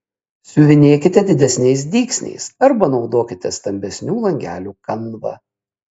siuvinėkite didesniais dygsniais arba naudokite stambesnių langelių kanvą